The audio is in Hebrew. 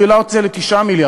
הוא העלה את זה ל-9 מיליארד.